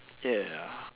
ya